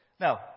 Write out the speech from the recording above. Now